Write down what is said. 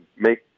make –